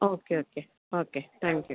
okay okay okay thank you